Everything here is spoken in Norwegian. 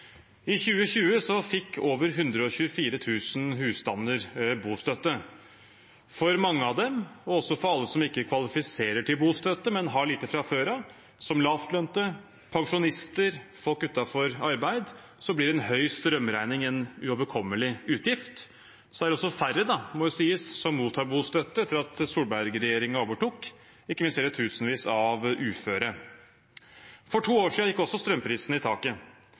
i tiden framover. I 2020 fikk over 124 000 husstander bostøtte. For mange av dem og også for alle som ikke kvalifiserer til bostøtte, men har lite fra før av, som lavtlønte, pensjonister og folk utenfor arbeid, blir en høy strømregning en uoverkommelig utgift. Så er det også færre, det må sies, som mottar bostøtte etter at Solberg-regjeringen overtok. Ikke minst gjelder det tusenvis av uføre. For to år siden gikk også strømprisene i taket.